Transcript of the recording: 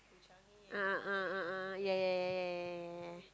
a'ah a'ah a'ah yeah yeah yeah yeah yeah